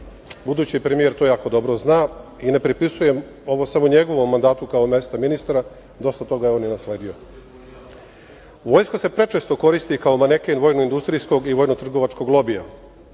budući premijer to jako dobro zna i ne pripisujem ovo samo njegovom mandatu kao mesta ministra, dosta toga je on i nasledio. Vojska se prečesto koristi kao maneken vojno-industrijskog i vojno-trgovačkog lobija.